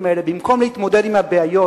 כשרון חולדאי מדבר,